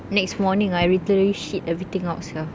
next morning I literally shit everything out sia